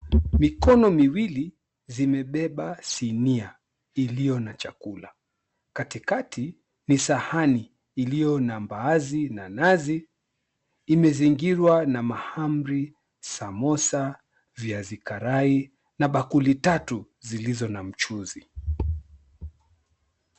mikono miwili zimebeba sinia iliyo na chakula, katikati ni sahani iliyo na mbaazi na nazi imezingirwa na mahamri ,samosa, viazi karai, na bakuli tatu zilizo na mchuuzi .